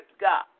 God